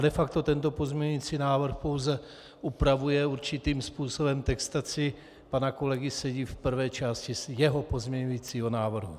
De facto tento pozměňující návrh pouze upravuje určitým způsobem textaci pana kolegy Sedi v prvé části jeho pozměňujícího návrhu.